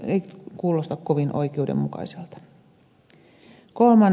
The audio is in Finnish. ei kuulosta kovin oikeudenmukaiselta